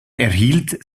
erhielt